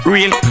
Real